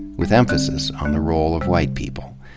with emphasis on the role of white people.